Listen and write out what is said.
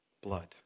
blood